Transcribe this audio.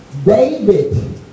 David